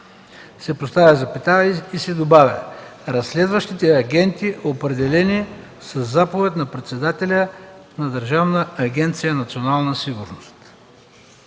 се поставя запетая и се добавя „разследващите агенти, определени със заповед на председателя на Държавна агенция „Национална сигурност“.”